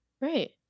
Right